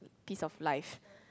piece of life